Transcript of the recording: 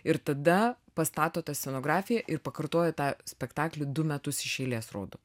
ir tada pastato tą scenografiją ir pakartoja tą spektaklį du metus iš eilės rodo